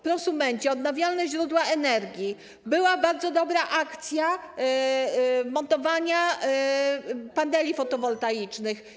Prosumenci, odnawialne źródła energii, była bardzo dobra akcja montowania paneli fotowoltaicznych.